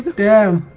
down